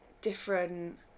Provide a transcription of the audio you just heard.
different